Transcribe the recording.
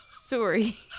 Sorry